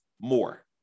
more